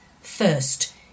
First